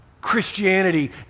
Christianity